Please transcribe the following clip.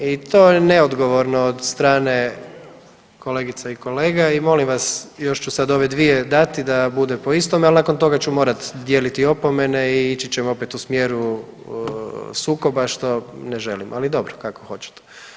I to je neodgovorno od strane kolegica i kolega i molim vas još ću sad ove dvije dati da bude po istom, al nakon toga ću morat dijeliti opomene i ići ćemo opet u smjeru sukoba, što ne želim, ali dobro, kako hoćete.